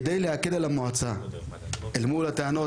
אבל כדי להקל על המועצה אל מול טענות